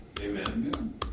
Amen